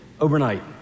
overnight